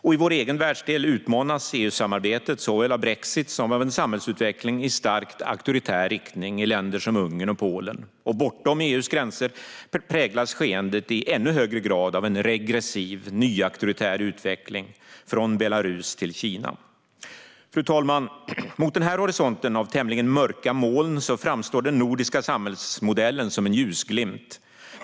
I vår egen världsdel utmanas EU-samarbetet såväl av brexit som av en samhällsutveckling i starkt auktoritär riktning i länder som Ungern och Polen. Och bortom EU:s gränser präglas skeendet i ännu högre grad av en regressiv, nyauktoritär utveckling från Belarus till Kina. Fru talman! Mot den här horisonten av tämligen mörka moln framstår den nordiska samhällsmodellen som en ljusglimt.